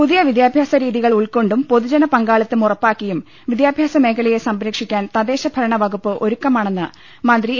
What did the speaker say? പുതിയ വിദ്യാഭ്യാസ രീതികൾ ഉൾക്കൊണ്ടും പൊതു ജന പങ്കാളിത്തം ഉറപ്പാക്കിയും വിദ്യാഭ്യാസ മേഖലയെ സംരക്ഷിക്കാൻ തദ്ദേശഭരണവകുപ്പ് ഒരുക്കമാണെന്ന് മന്ത്രി എ